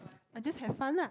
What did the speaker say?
I just have fun lah